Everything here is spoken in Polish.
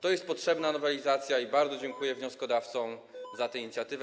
To jest potrzebna nowelizacja i bardzo dziękuję wnioskodawcom za tę inicjatywę.